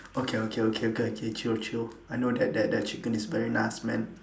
okay okay okay okay okay chill chill I know that that that chicken is very nice man